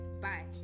bye